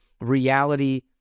reality